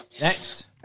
Next